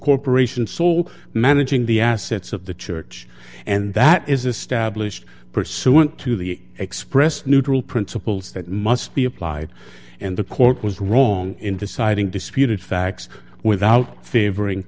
corporation so managing the assets of the church and that is established pursuant to the expressed neutral principles that must be applied and the court was wrong in deciding disputed facts without favoring